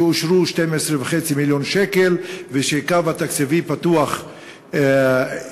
שאושרו 12.5 מיליון שקל ושהקו התקציבי פתוח לכם.